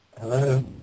Hello